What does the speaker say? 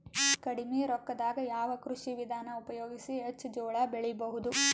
ಕಡಿಮಿ ರೊಕ್ಕದಾಗ ಯಾವ ಕೃಷಿ ವಿಧಾನ ಉಪಯೋಗಿಸಿ ಹೆಚ್ಚ ಜೋಳ ಬೆಳಿ ಬಹುದ?